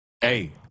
hey